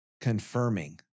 confirming